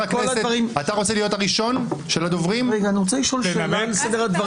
אפשר לשאול איזו שאלה לסדר?